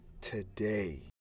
today